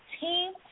Team